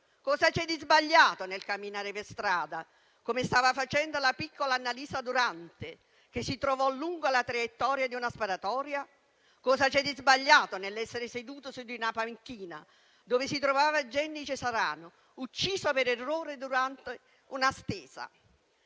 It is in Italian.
Cosa c'è di sbagliato nel camminare per strada, come stava facendo la piccola Annalisa Durante, che si trovò lungo la traiettoria di una sparatoria? Cosa c'è di sbagliato nello stare seduto su una panchina, come Genny Cesarano, ucciso per errore durante una stesa?